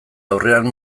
aurrean